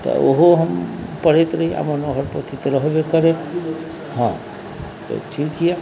तऽ ओहो हम पढ़ैत रही मनोहर पोथी तऽ रहबै करै हँ तऽ ठीक अइ